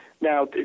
Now